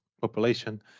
population